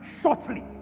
shortly